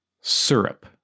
Syrup